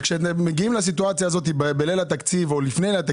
כשמגיעים למצב הזה בליל התקציב או לפני כן,